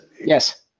Yes